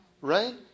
right